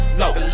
low